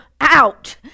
out